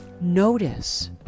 notice